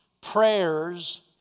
prayers